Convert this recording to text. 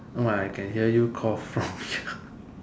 no I can hear you cough from here